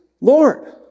Lord